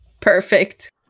perfect